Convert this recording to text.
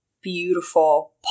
beautiful